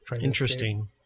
Interesting